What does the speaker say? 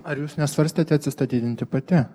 ar jūs nesvarstėte atsistatydinti pati